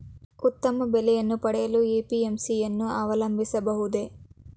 ಉತ್ತಮ ಬೆಲೆಯನ್ನು ಪಡೆಯಲು ಎ.ಪಿ.ಎಂ.ಸಿ ಯನ್ನು ಅವಲಂಬಿಸಬಹುದೇ?